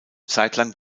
zeitlang